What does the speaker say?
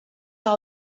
all